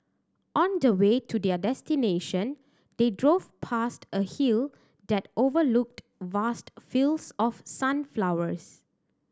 on the way to their destination they drove past a hill that overlooked vast fields of sunflowers